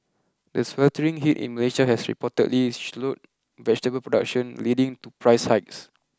the sweltering heat in Malaysia has reportedly slowed vegetable production leading to price hikes